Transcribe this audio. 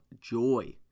joy